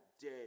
day